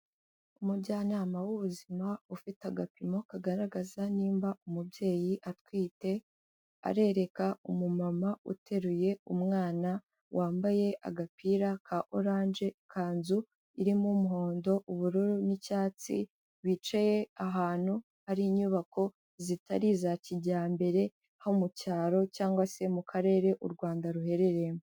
Umujyanama w'ubuzima ufite agapimo kagaragaza nimba umubyeyi atwite, arereka umumama uteruye umwana wambaye agapira ka orange kanzu irimo umuhondo, ubururu n'icyatsi, bicaye ahantu hari inyubako zitari iza kijyambere ho mu cyaro cyangwa se mu karere u Rwanda ruherereyemo.